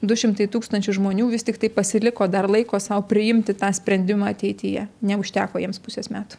du šimtai tūkstančių žmonių vis tik tai pasiliko dar laiko sau priimtiną sprendimą ateityje neužteko jiems pusės metų